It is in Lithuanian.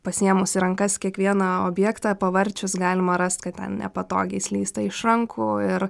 pasiėmus į rankas kiekvieną objektą pavarčius galima rast kad ten nepatogiai slysta iš rankų ir